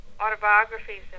autobiographies